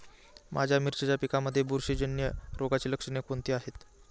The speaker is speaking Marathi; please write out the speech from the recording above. माझ्या मिरचीच्या पिकांमध्ये बुरशीजन्य रोगाची लक्षणे कोणती आहेत?